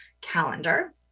calendar